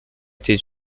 été